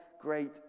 great